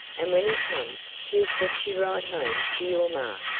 and when he comes, he'll fetch you right home to your maw.